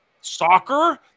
Soccer